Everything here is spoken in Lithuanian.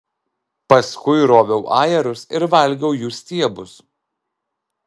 paskui roviau ajerus ir valgiau jų stiebus